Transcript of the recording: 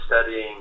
studying